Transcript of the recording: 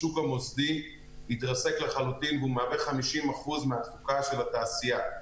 השוק המוסדי התרסק לחלוטין והוא מהווה 50% מהתפוקה של התעשייה.